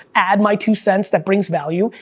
add my two sense, that brings value,